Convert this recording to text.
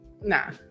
nah